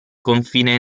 confine